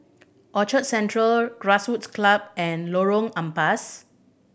Orchard Central Grassroots Club and Lorong Ampas